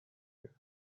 you